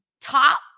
top